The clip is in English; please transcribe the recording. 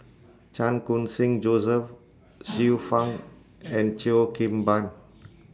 Chan Khun Sing Joseph Xiu Fang and Cheo Kim Ban